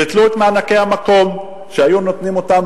ביטלו את מענקי המקום שהיו נותנים אותם